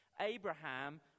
Abraham